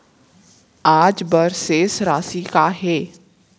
आज बर शेष राशि का हे?